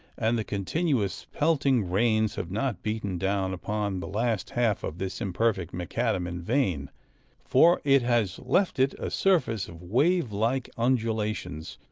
and the continuous pelting rains had not beaten down upon the last half of this imperfect macadam in vain for it has left it a surface of wave-like undulations,